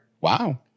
Wow